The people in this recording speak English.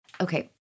Okay